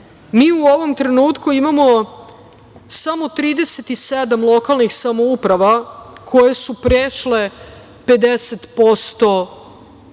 u ovom trenutku imamo samo 37 lokalnih samouprava koje su prešle 50%